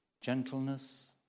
gentleness